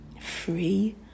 free